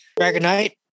Dragonite